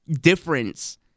difference